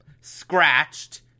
scratched